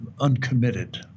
uncommitted